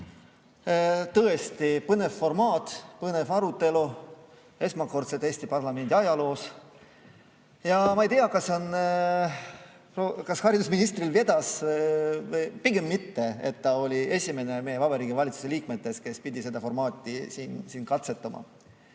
Tõesti põnev formaat, põnev arutelu esmakordselt Eesti parlamendi ajaloos. Ma ei tea, kas haridusministril vedas – pigem mitte –, et ta oli esimene meie Vabariigi Valitsuse liikmetest, kes pidi seda formaati siin